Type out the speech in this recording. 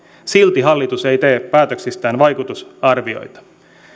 silti hallitus ei tee päätöksistään vaikutusarvioita